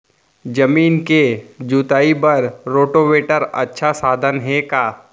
जमीन के जुताई बर रोटोवेटर अच्छा साधन हे का?